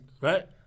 Right